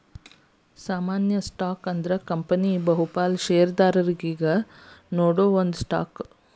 ಸಾಮಾನ್ಯ ಸ್ಟಾಕ್ ಅಂದ್ರ ಕಂಪನಿಯ ಬಹುಪಾಲ ಷೇರದಾರರಿಗಿ ನೇಡೋ ಒಂದ ಸ್ಟಾಕ್